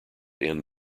end